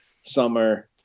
summer